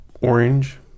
Orange